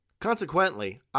Consequently